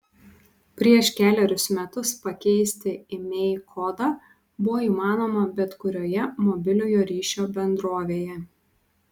prieš kelerius metus pakeisti imei kodą buvo įmanoma bet kurioje mobiliojo ryšio bendrovėje